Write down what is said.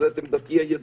שזאת עמדתי הידועה,